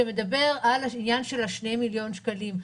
שמדבר על העניין של ה-2 מיליון שקלים.